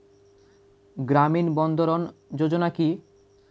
গ্রামীণ বন্ধরন যোজনা কি?